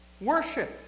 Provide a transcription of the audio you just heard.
Worship